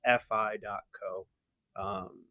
fi.co